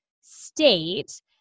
state